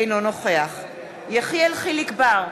אינו נוכח יחיאל חיליק בר,